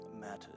matters